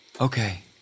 okay